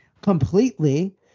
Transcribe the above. completely